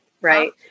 right